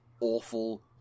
awful